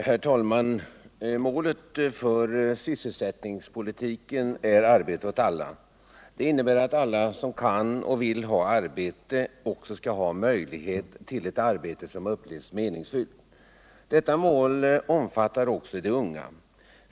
Herr talman! Målet för sysselsättningspolitiken är arbete åt alla. Det innebär att alla som kan och vill arbeta också skall ha möjlighet till ett arbete som upplevs som meningsfullt. Detta mål omfattar också de unga.